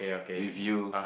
with you